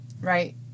right